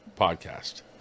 podcast